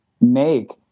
make